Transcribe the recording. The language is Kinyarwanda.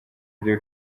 ibyo